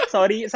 Sorry